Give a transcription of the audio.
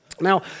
Now